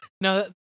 No